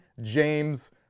James